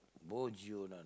bo jio ன்னா:nnaa